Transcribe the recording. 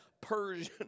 Persian